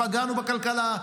פגענו בכלכלה,